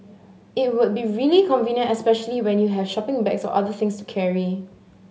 it would be really convenient especially when you have shopping bags or other things to carry